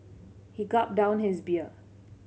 he gulped down his beer